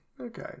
Okay